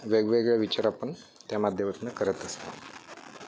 वेगवेगळे विचार आपण त्या माध्यमातनं करत असतो